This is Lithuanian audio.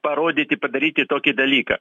parodyti padaryti tokį dalyką